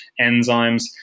enzymes